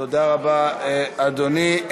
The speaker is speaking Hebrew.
תודה רבה, אדוני.